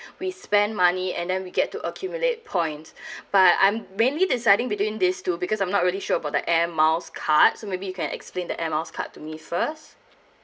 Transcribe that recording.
we spend money and then we get to accumulate point but I'm mainly deciding between these two because I'm not really sure about the air miles card so maybe you can explain the air miles card to me first